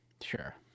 Sure